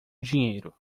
dinheiro